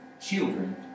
children